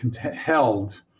held